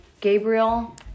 Gabriel